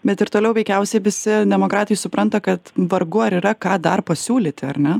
bet ir toliau veikiausiai visi demokratai supranta kad vargu ar yra ką dar pasiūlyti ar ne